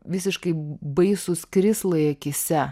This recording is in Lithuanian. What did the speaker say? visiškai baisūs krislai akyse